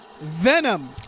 Venom